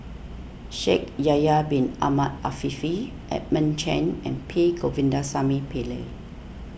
Shaikh Yahya Bin Ahmed Afifi Edmund Cheng and P Govindasamy Pillai